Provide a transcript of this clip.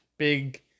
Big